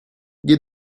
nie